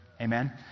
Amen